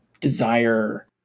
desire